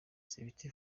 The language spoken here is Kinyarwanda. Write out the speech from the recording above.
sabiti